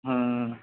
ਹੂੰ